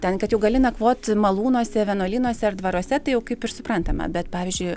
ten kad jau gali nakvot malūnuose vienuolynuose ar dvaruose tai jau kaip ir suprantama bet pavyzdžiui